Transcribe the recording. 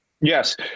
Yes